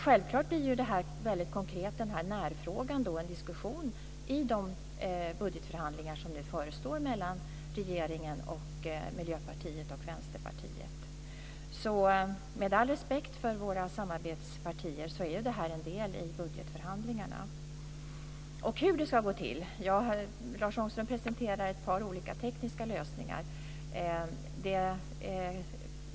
Självklart blir det i den här närfrågan en väldigt konkret diskussion i de budgetförhandlingar som nu förestår mellan regeringen, Miljöpartiet och Vänsterpartiet. Med all respekt för våra samarbetspartier är det här alltså en del i budgetförhandlingarna. Hur ska det ska gå till? Lars Ångström presenterar ett par olika tekniska lösningar.